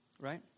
right